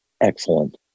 Excellent